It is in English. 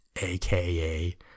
aka